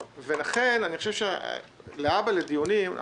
לכן אני חושב שבדיונים להבא אנחנו